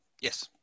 yes